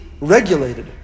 regulated